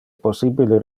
possibile